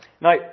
Now